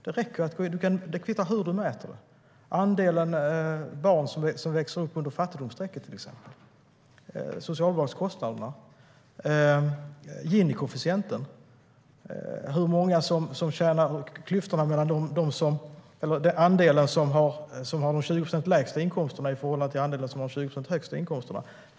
Det kvittar ju hur man mäter, om man mäter andelen barn som växer upp under fattigdomsstrecket, socialbidragskostnaderna, Gini-koefficienten eller andelen som har de 20 procent lägsta inkomsterna i förhållande till den andel som har de 20 procent högsta inkomsterna.